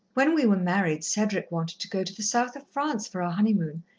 when we were married, cedric wanted to go to the south of france for our honeymoon,